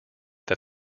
that